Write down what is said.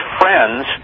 friends